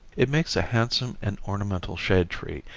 it makes a handsome and ornamental shade tree,